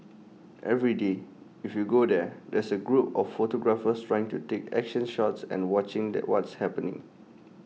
every day if you go there there's A group of photographers trying to take action shots and watching the what's happening